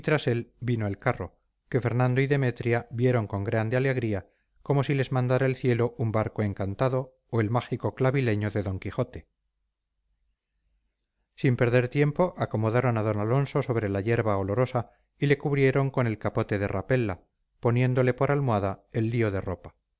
vino el carro que fernando y demetria vieron con grande alegría como si les mandara el cielo un barco encantado o el mágico clavileño de don quijote sin perder tiempo acomodaron a d alonso sobre la yerba olorosa y le cubrieron con el capote de rapella poniéndole por almohada el lío de ropa